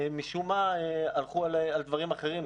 משום מה, הלכו על דברים אחרים.